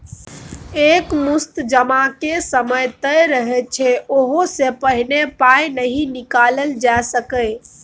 एक मुस्त जमाक समय तय रहय छै ओहि सँ पहिने पाइ नहि निकालल जा सकैए